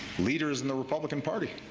leaders in the republican party.